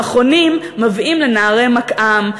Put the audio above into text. המכונים מביאים לנערי מקא"ם,